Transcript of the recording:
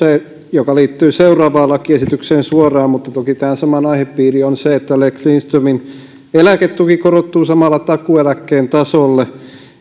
mikä liittyy seuraavaan lakiesitykseen suoraan mutta toki tähän samaan aihepiiriin että lex lindströmin eläketuki korottuu samalla takuueläkkeen tasolle